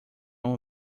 uma